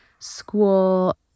school